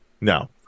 No